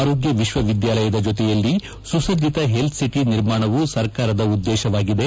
ಆರೋಗ್ಯ ವಿಶ್ವ ವಿದ್ಯಾಲಯದ ಜೊತೆಯಲ್ಲಿ ಸುಸಜ್ಜಿತ ಹೆಲ್ತ್ಸಿಟಿ ನಿರ್ಮಾಣವೂ ಸರ್ಕಾರದ ಉದ್ದೇಶವಾಗಿದೆ